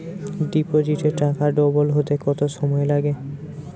ডিপোজিটে টাকা ডবল হতে কত সময় লাগে?